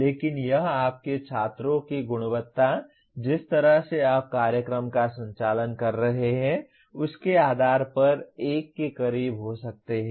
लेकिन यह आपके छात्रों की गुणवत्ता जिस तरह से आप कार्यक्रम का संचालन कर रहे हैं उसके आधार पर 1 के करीब हो सकते हैं